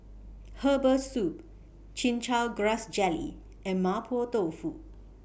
Herbal Soup Chin Chow Grass Jelly and Mapo Tofu